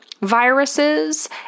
Viruses